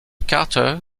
carter